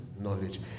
knowledge